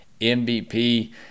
MVP